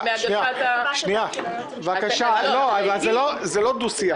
זה לא דו-שיח.